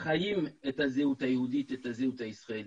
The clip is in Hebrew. חיים את הזהות היהודית, את הזהות הישראלית,